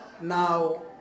Now